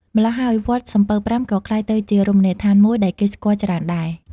ម្ល៉ោះហើយ វត្តសំពៅប្រាំ ក៏ក្លាយទៅជា រមណីយដ្ឋានមួយ ដែលគេស្គាល់ច្រើនដែរ ។